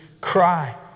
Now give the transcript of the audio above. cry